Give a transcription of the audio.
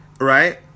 right